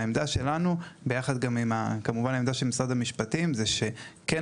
העמדה שלנו ביחד עם עמדת משרד המשפטים היא שכן